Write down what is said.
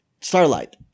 Starlight